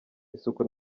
isuku